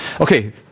Okay